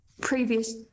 previous